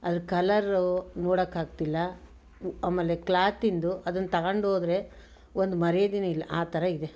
ಅದರ ಕಲ್ಲರು ನೋಡೋಕ್ಕಾಗ್ತಿಲ್ಲ ಉ ಆಮೇಲೆ ಕ್ಲಾತಿಂದು ಅದನ್ನು ತಗೊಂಡು ಹೋದರೆ ಒಂದು ಮರ್ಯಾದೆಯೂ ಇಲ್ಲ ಆ ಥರ ಇದೆ